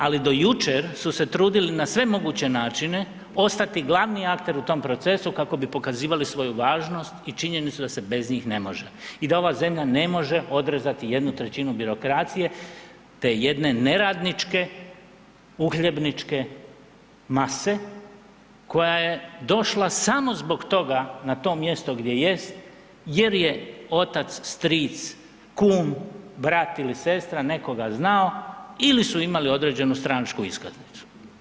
Ali do jučer su se trudili na svemoguće načine ostati glavni akter u tom procesu kako bi pokazivali svoju važnost i činjenicu da se bez njih ne može i da ova zemlja ne može odrezati jednu trećinu birokracije, te jedne neradničke, uhljebničke mase koja je došla samo zbog toga na to mjesto gdje jest jer je otac, stric, kum, brat ili sestra nekoga znao ili su imali određenu stranačku iskaznicu.